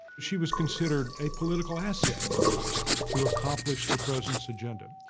she was considered a political asset to accomplish the president's agenda.